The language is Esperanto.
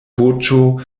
voĉo